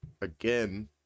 again